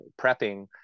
prepping